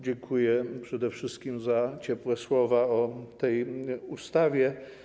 Dziękuję przede wszystkim za ciepłe słowa o tej ustawie.